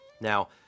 Now